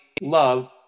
love